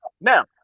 Now